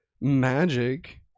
magic